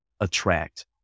attract